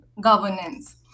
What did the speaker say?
governance